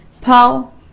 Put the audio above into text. Paul